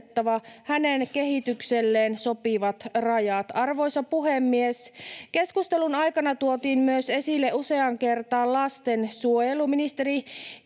hänen kehitykselleen sopivat rajat. Arvoisa puhemies! Keskustelun aikana tuotiin myös esille useaan kertaan lastensuojelu. Ministeri